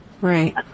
Right